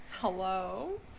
hello